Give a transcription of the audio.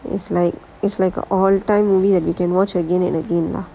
is like is like a all time movie that you can watch again and again lah